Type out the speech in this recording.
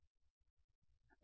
విద్యార్థి ok